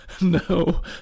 No